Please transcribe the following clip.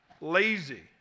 lazy